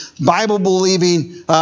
Bible-believing